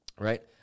Right